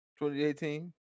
2018